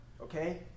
Okay